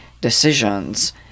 decisions